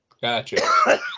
Gotcha